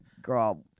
Girl